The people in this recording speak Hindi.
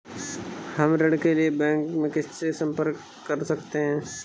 हम ऋण के लिए बैंक में किससे संपर्क कर सकते हैं?